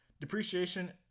Depreciation